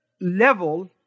level